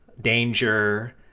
danger